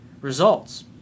results